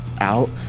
out